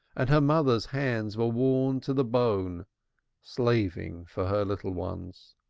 and her mother's hands were worn to the bone slaving for her little ones.